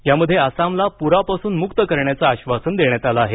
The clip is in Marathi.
यामध्ये आसामला पुरापासून मुक्त करण्याचं आश्वासन देण्यात आलं आहे